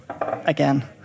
Again